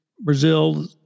Brazil